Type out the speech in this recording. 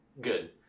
Good